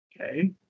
Okay